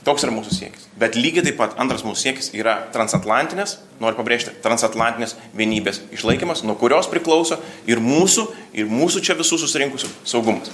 toks yra mūsų siekis bet lygiai taip pat antras mūsų siekis yra transatlantinės noriu pabrėžti transatlantinės vienybės išlaikymas nuo kurios priklauso ir mūsų ir mūsų čia visų susirinkusių saugumas